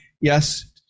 yes